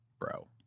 bro